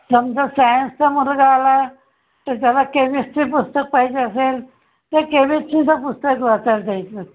समजा सायन्सचा मुलगा आला तर त्याला केमेस्ट्री पुस्तक पाहिजे असेल तर केमेस्ट्रीचं पुस्तक वाचायला द्यायचं